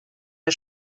der